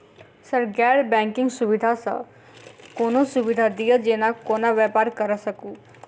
Sir गैर banking सुविधा सँ कोनों सुविधा दिए जेना कोनो व्यापार करऽ सकु?